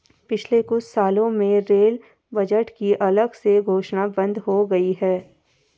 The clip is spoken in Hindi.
पिछले कुछ सालों में रेल बजट की अलग से घोषणा बंद हो गई है